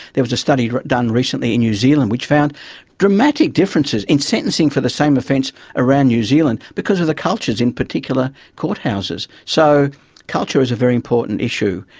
there was a study done recently in new zealand which found dramatic differences in sentencing for the same offence around new zealand because of the cultures in particular courthouses. so culture is a very important issue,